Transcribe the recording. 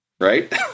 Right